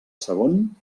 segon